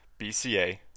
BCA